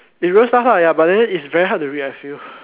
is real stuff lah ya but then it's very hard to read I feel